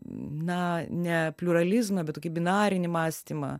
na ne pliuralizmą bet tokį binarinį mąstymą